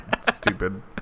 stupid